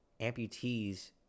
amputees